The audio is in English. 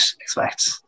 expect